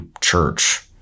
church